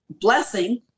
blessing